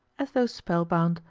as though spellbound,